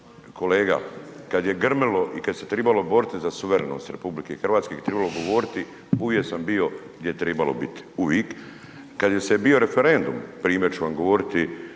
Kolega, kad je grmilo i kad se trebalo boriti za suverenost RH i kad je trebalo govoriti, uvijek sam bio gdje je trebalo bit, uvijek. Kad je se bio referendum, primjer ću vam govoriti,